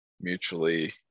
mutually